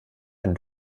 ein